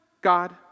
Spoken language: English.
God